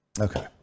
Okay